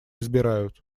избирают